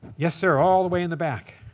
yes, sir, all the way in the back.